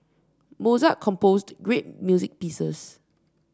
Mozart composed great music pieces